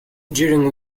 during